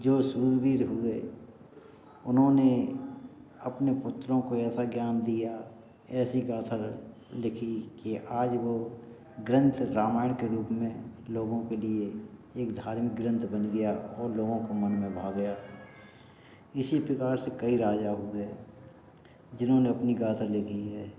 जो शूरवीर हुए उन्होंने अपने पुत्रों को ऐसा ज्ञान दिया ऐसी गाथा लिखी कि आज वे ग्रंथ रामायण के रूप में लोगों के लिए एक धार्मिक ग्रंथ बन गया और लोगों को मन में भा गया इसी प्रकार से कई राजा हुए जिन्होंने अपनी गाथा लिखी है